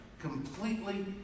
completely